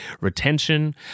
retention